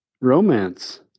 romance